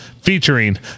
featuring